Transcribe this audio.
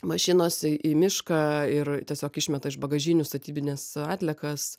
mašinos į mišką ir tiesiog išmeta iš bagažinių statybines atliekas